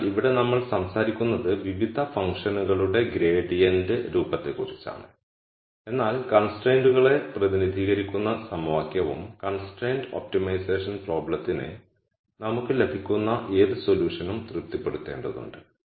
അതിനാൽ ഇവിടെ നമ്മൾ സംസാരിക്കുന്നത് വിവിധ ഫംഗ്ഷനുകളുടെ ഗ്രേഡിയന്റ് രൂപത്തെക്കുറിച്ചാണ് എന്നാൽ കൺസ്ട്രൈന്റകളെ പ്രതിനിധീകരിക്കുന്ന സമവാക്യവും കൺസ്ട്രൈൻഡ് ഒപ്റ്റിമൈസേഷൻ പ്രോബ്ളത്തിന് നമുക്ക് ലഭിക്കുന്ന ഏത് സൊല്യൂഷനും തൃപ്തിപ്പെടുത്തേണ്ടതുണ്ട്